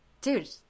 dude